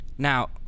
Now